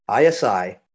ISI